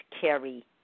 carry